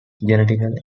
genetically